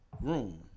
room